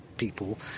people